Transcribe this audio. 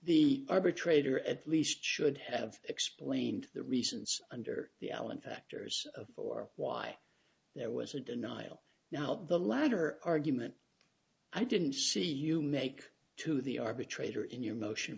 the arbitrator at least should have explained the reasons under the allen factors for why there was a denial now the latter argument i didn't see you make to the arbitrator in your motion